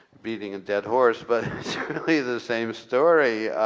beating a dead horse but certainly the same story.